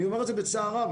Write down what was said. אני אומר את זה בצער רב,